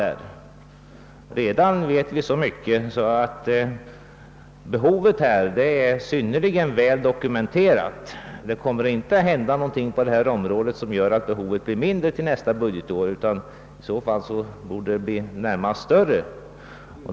Vi vet redan så mycket att behovet är synnerligen väl dokumenterat. Det kommer inte att hända någonting på detta område som gör att behovet blir mindre till nästa år, utan det borde närmast bli större.